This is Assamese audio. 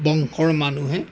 বংশৰ মানুহে